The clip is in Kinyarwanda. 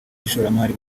y’ishoramari